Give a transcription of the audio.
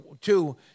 two